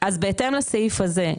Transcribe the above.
אז בהתאם לסעיף הזה.